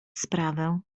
sprawę